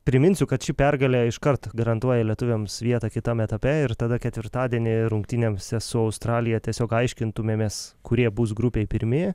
priminsiu kad ši pergalė iškart garantuoja lietuviams vietą kitam etape ir tada ketvirtadienį rungtynėms su australija tiesiog aiškintumėmės kurie bus grupėj pirmi